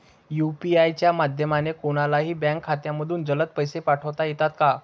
UPI च्या माध्यमाने कोणलाही बँक खात्यामधून जलद पैसे पाठवता येतात का?